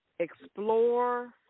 Explore